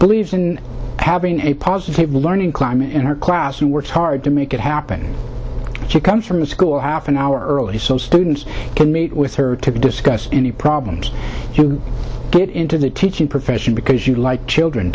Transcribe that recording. believes in having a positive learning climate in her class and works hard to make it happen she comes from the school half an hour early so students can meet with her to discuss any problems you get into the teaching profession because you'd like children